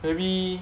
maybe